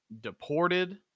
deported